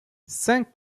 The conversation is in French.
cinq